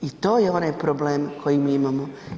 I to je onaj problem koji mi imamo.